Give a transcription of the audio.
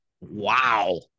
Wow